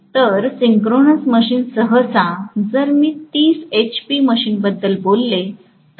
तर synchronous machine सहसा जर मी 30 एचपी मशीनबद्दल बोललो तर